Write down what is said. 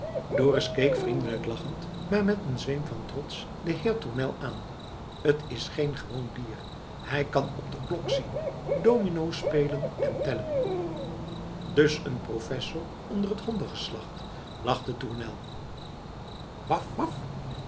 dorus keek vriendelijk lachend maar met een zweem van trots den heer tournel aan t is geen gewoon dier hij kan op de klok zien domino spelen en tellen dus een professor onder t hondengeslacht lachte tournel waf